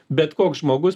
bet koks žmogus